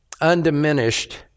undiminished